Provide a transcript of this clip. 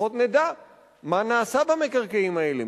לפחות נדע מה נעשה במקרקעין האלה,